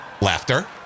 Laughter